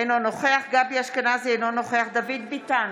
אינו נוכח גבי אשכנזי, אינו נוכח דוד ביטן,